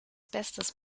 bestes